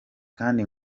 kandi